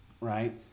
right